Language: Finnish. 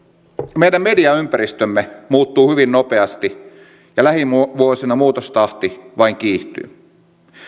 meidän mediaympäristömme muuttuu hyvin nopeasti ja lähivuosina muutostahti vain kiihtyy